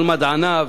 ועל מדעניו,